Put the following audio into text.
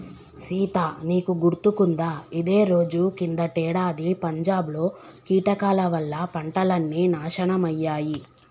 సీత నీకు గుర్తుకుందా ఇదే రోజు కిందటేడాది పంజాబ్ లో కీటకాల వల్ల పంటలన్నీ నాశనమయ్యాయి